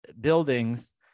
buildings